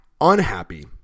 unhappy